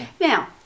Now